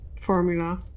formula